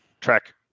track